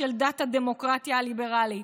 עומק הבור, החריגה מיעד הגירעון המותר, יהיה,